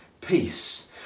peace